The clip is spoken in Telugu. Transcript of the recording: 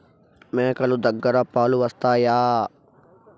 మేక లు దగ్గర పాలు వస్తాయా?